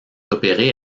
opéré